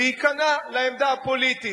להיכנע לעמדה הפוליטית.